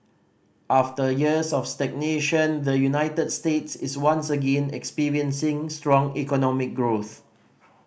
after years of stagnation the United States is once again experiencing strong economic growth